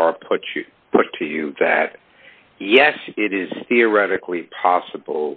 park put you put to you that yes it is theoretically possible